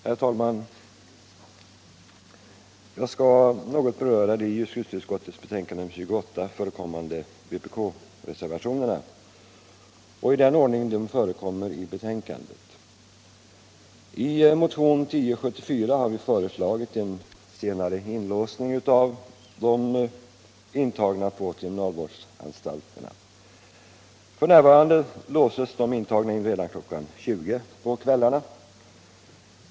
Herr talman! Jag skall något beröra de i justitieutskottets betänkande nr 28 behandlade vpk-reservationerna, och jag skall göra det i den ordning de förekommer i betänkandet. I motion 1074 har vi föreslagit en senare inlåsning av de intagna på kriminalvårdsanstalterna. F.n. låses de in redan kl. 20 på kvällarna.